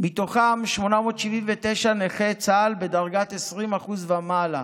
מתוכם 879 נכי צה"ל בדרגת 20% ומעלה,